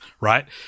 right